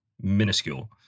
minuscule